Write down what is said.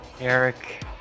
Eric